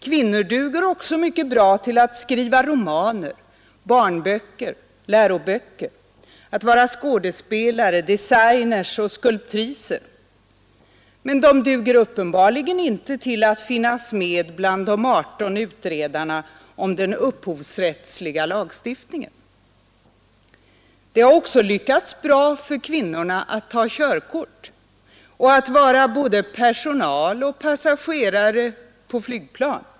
Kvinnor duger också mycket bra till att skriva romaner, barnböcker och läroböcker, att vara skådespelare, designers och skulptriser, men de duger tydligen inte till att finnas med bland de 18 utredarna om den upphovsrättsliga lagstiftningen. Det har också lyckats bra för kvinnorna att ta körkort och att vara både personal och passagerare på flygplan.